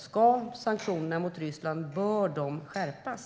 Bör sanktionerna mot Ryssland skärpas?